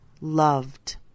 loved